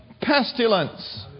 pestilence